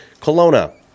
Kelowna